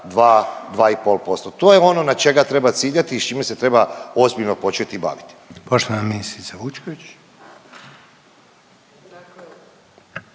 2-2,5%. To je ono na čega treba ciljati i s čime se treba ozbiljno početi baviti.